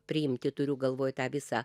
priimti turiu galvoj tą visą